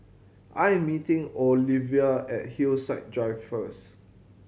I am meeting Olevia at Hillside Drive first